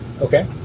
Okay